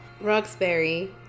Roxbury